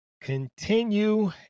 continue